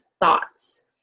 thoughts